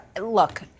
Look